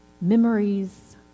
memories